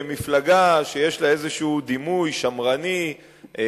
למפלגה שיש לה איזשהו דימוי שמרני-ביטחוני,